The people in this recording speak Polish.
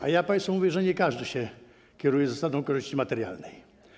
A ja państwu mówię, że nie każdy się kieruje zasadą korzyści materialnej.